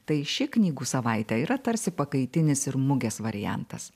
tai ši knygų savaitę yra tarsi pakaitinis ir mugės variantas